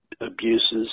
abuses